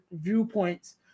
viewpoints